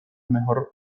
mejor